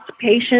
patients